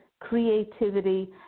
creativity